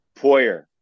Poyer